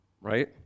right